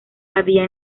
había